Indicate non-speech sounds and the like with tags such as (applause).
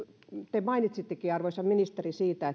te mainitsittekin arvoisa ministeri siitä (unintelligible)